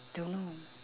don't know